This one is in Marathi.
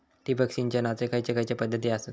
ठिबक सिंचनाचे खैयचे खैयचे पध्दती आसत?